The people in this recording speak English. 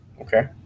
Okay